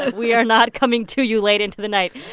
we are not coming to you late into the night.